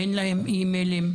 אין להם אימיילים.